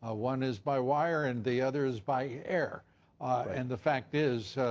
ah one is by wire and the other is by air and the fact is,